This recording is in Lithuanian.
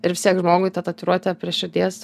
ir vis tiek žmogui tą tatuiruotę prie širdies